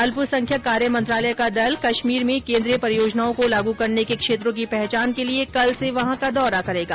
अल्पसंख्यक कार्य मंत्रालय का दल कश्मीर में केंद्रीय परियोजनाओं को लागू करने के क्षेत्रों की पहचान के लिए कल से वहां का दौरा करेगा